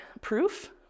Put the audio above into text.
proof